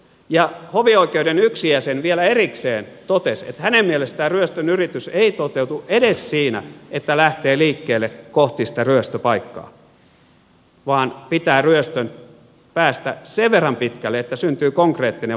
ja hovioikeuden yksi jäsen vielä erikseen totesi että hänen mielestään ryöstönyritys ei toteudu edes siinä että lähtee liikkeelle kohti sitä ryöstöpaikkaa vaan pitää ryöstön päästä sen verran pitkälle että syntyy konkreettinen vaara